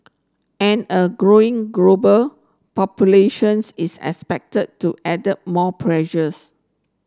and a growing global populations is expected to added more pressures